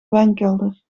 wijnkelder